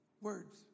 Words